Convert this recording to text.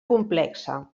complexa